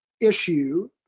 issue